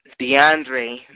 DeAndre